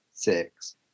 six